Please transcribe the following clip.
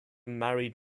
married